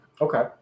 Okay